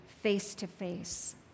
face-to-face